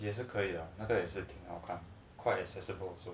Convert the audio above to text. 也是可以他们那种也是 quite accessible